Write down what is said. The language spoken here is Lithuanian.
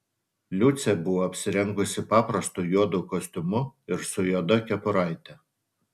liucė buvo apsirengusi paprastu juodu kostiumu ir su juoda kepuraite